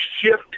shift